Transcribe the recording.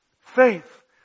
faith